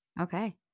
Okay